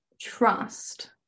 trust